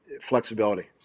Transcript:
flexibility